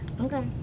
Okay